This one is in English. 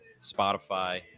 Spotify